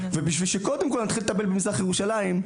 וכדי שנתחיל לטפל במזרח ירושלים,